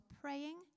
praying